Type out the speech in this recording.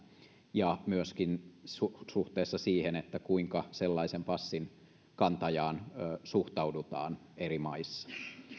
ja myöskin suhteessa siihen kuinka sellaisen passin kantajaan suhtaudutaan eri maissa